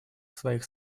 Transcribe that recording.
своих